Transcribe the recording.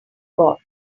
got